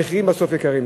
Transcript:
והמחירים בסוף גבוהים.